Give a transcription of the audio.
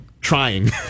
trying